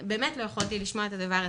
באמת לא יכולתי לשמוע את הדבר הזה.